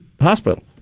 hospital